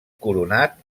coronat